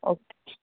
okay